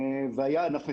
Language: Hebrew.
והיה ענף מתוכנן,